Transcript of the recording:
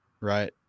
Right